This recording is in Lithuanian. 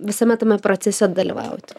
visame tame procese dalyvauti